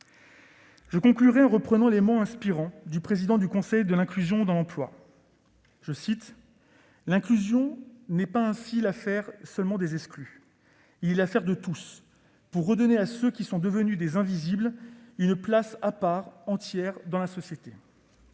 Je conclurai en reprenant les mots inspirants du président du Conseil de l'inclusion dans l'emploi :« L'inclusion n'est ainsi pas l'affaire des exclus : elle est l'affaire de tous, pour redonner à ceux qui sont devenus des " invisibles " une place à part entière dans la société. »